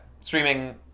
Streaming